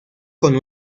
con